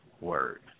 word